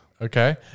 Okay